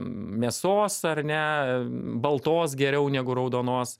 mėsos ar ne baltos geriau negu raudonos